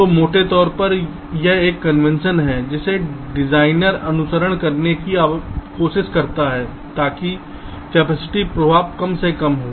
तो मोटे तौर पर यह एक कन्वेंशन है जिसे डिजाइनर अनुसरण करने की कोशिश करता है ताकि कैपेसिटिव प्रभाव कम से कम हो